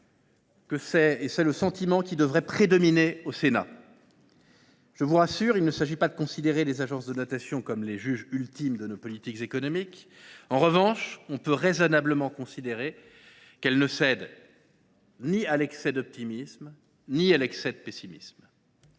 mon sens, le sentiment qui devrait prédominer au Sénat. Je vous rassure : il ne s’agit pas de considérer les agences de notation comme les juges ultimes de nos politiques économiques ; en revanche, on peut raisonnablement considérer qu’elles ne cèdent ni à l’excès d’optimisme ni à l’excès de pessimisme.